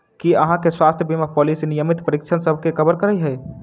की अहाँ केँ स्वास्थ्य बीमा पॉलिसी नियमित परीक्षणसभ केँ कवर करे है?